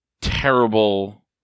terrible